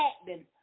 acting